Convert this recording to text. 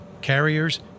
carriers